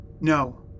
No